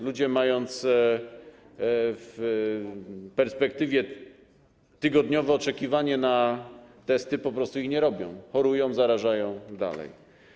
Ludzie, mając w perspektywie tygodniowe oczekiwanie na testy, po prostu ich nie robią, chorują, zarażają dalej.